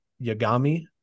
Yagami